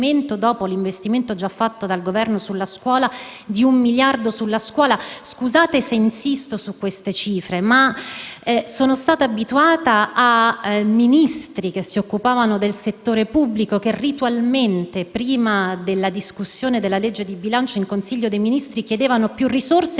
dopo l'investimento già fatto dal Governo sulla scuola, di un miliardo proprio su di essa. Scusate se insisto su queste cifre, ma sono stata abituata a Ministri che si occupavano del settore pubblico che, ritualmente, prima della discussione della legge di stabilità, in Consiglio dei ministri chiedevano più risorse